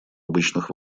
обычных